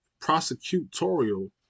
prosecutorial